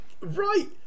right